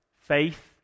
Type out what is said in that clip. faith